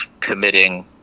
committing